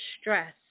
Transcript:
stress